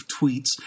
tweets